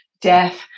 death